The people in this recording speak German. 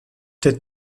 der